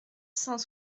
cent